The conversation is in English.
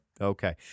okay